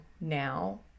now